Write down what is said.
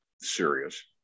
serious